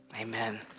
amen